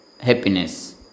happiness